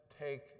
take